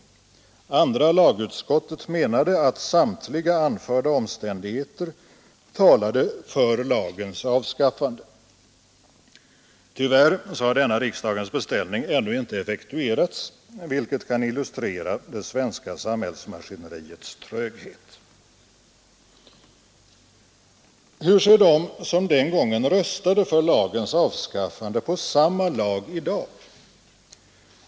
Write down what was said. Andra lagutskottet menade att samtliga anförda omständigheter talade för lagens avskaffande. Tyvärr har denna riksdagens beställning ännu inte effektuerats, vilket kan illustrera det svenska samhällsmaskineriets tröghet. Hur ser de som den gången röstade för lagens avskaffande på samma lag i dag?